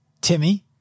Timmy